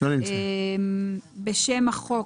בשם החוק,